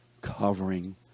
covering